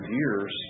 years